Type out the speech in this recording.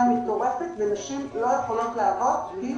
נשים לא יכולות לעבוד, כי